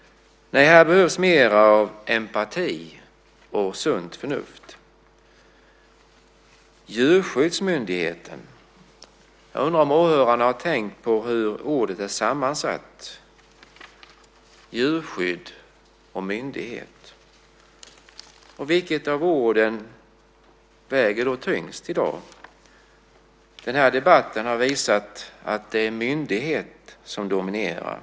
Här behövs mer av empati och sunt förnuft. Jag undrar om åhörarna har tänkt på hur ordet "djurskyddsmyndigheten" är sammansatt - djurskydd och myndighet. Vilket av orden väger tyngst i dag? Debatten har visat att det är ordet "myndighet" som dominerar.